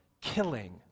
killing